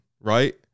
right